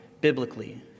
biblically